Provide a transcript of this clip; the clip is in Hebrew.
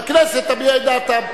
והכנסת תביע את דעתה.